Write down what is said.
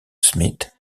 smith